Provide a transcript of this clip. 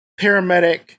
paramedic